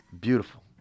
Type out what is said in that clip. beautiful